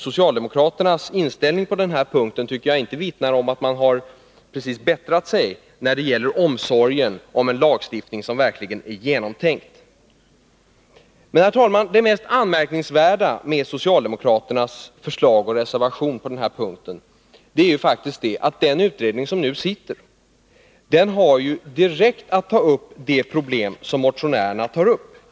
Socialdemokraternas inställning på den här punkten tycker jag inte precis vittnar om att man har bättrat sig när det gäller omsorgen om en lagstiftning som verkligen är genomtänkt. Men, herr talman, det mest anmärkningsvärda med socialdemokraternas förslag och reservation på den här punkten är faktiskt det, att den utredning som nu sitter har att direkt ta upp de problem som motionärerna berör.